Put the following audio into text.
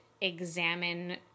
examine